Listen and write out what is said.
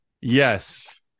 Yes